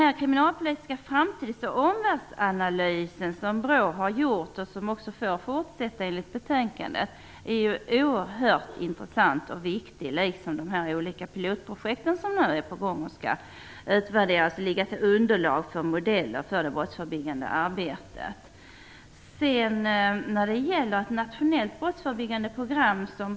Den kriminalpolitiska framtids och omvärldsanalys som BRÅ har gjort, och som enligt betänkandet också får fortsätta, är oerhört intressant och viktig, liksom de olika pilotprojekten som nu är på gång, skall utvärderas och ligga till underlag och vara modeller för det förebyggandet arbetet. BRÅ har fått i uppdrag av regeringen att ta fram ett nationellt brottsförebyggande program.